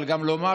אבל גם לומר,